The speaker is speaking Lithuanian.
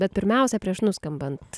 bet pirmiausia prieš nuskambant